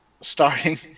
starting